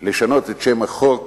היא לשנות את שם החוק